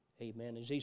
Amen